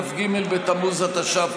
כ"ג בתמוז התש"ף,